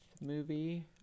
movie